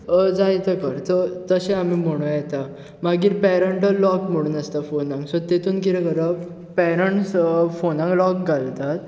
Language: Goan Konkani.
अं जाय ते कर अशें आमी म्हणू येता मागीर पॅरंटल लॉक म्हणून आसता फॉनाक तातूंत कितें करप पॅरंटस फोनाक लॉक घालतात